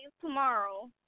tomorrow